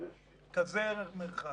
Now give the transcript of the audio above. כזה מרחק.